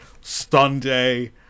Sunday